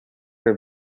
her